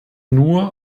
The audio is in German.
nur